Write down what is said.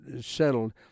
settled